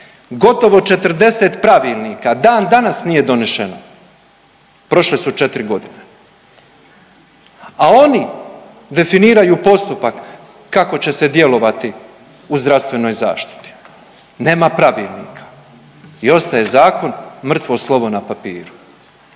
gotovo 40 pravilnika dan danas nije donešeno, prošle su četri godine, a oni definiraju postupak kako će se djelovati u zdravstvenoj zaštiti. Nema pravilnika i ostaje zakon mrtvo slovo na papiru.